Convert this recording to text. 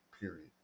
period